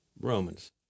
Romans